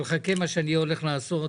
אבל חכה מה שאני הולך לעשות.